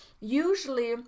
usually